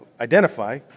identify